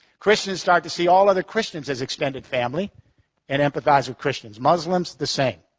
christians start to see all other christians as extended family and empathize with christians. muslims the same.